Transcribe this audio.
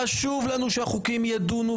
חשוב לנו שהחוקים ידונו,